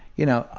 you know,